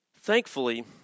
Thankfully